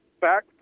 back